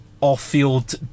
off-field